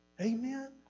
Amen